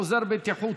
עוזר בטיחות),